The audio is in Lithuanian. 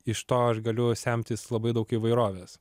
iš to aš galiu semtis labai daug įvairovės